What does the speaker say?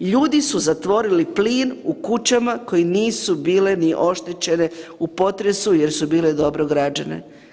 Ljudi su zatvorili plin u kućama koje nisu bile ni oštećene u potresu jer su bile dobro građene.